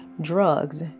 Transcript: drugs